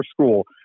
school